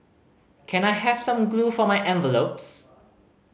can I have some glue for my envelopes